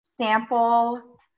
sample